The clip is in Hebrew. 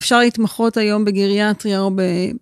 אפשר להתמחות היום בגריאטריה הרבה.